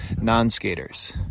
non-skaters